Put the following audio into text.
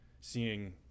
seeing